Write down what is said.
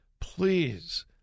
please